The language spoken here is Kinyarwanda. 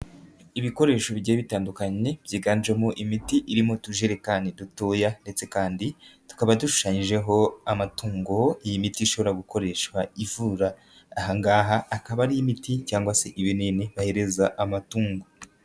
Ibikoresho bigiye bitandukanye byiganjemo imiti iri mu tujerekani dutoya ,ndetse kandi tukaba dushushanyijeho amatungo iyi miti ishobora gukoreshwa ivura, aha ngaha akaba ari imiti cyangwa se ibinini bahereza amatungo.